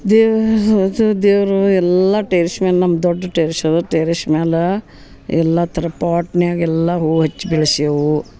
ದೇವರದು ದೇವರು ಎಲ್ಲ ಟೆರಿಷ್ ಮೇಲೆ ನಮ್ಮ ದೊಡ್ಡ ಟೆರಿಷು ಟೆರಿಷ್ ಮ್ಯಾಲೆ ಎಲ್ಲ ಥರ ಪಾಟ್ನ್ಯಾಗ ಎಲ್ಲ ಹೂ ಹಚ್ಚಿ ಬೆಳ್ಸೇವು